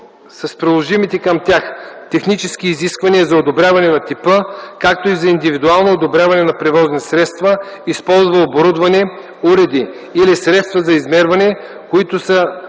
с приложимите към тях технически изисквания за одобряване на типа, както и за индивидуално одобряване на превозни средства, използва оборудване, уреди или средства за измерване, които са